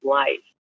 life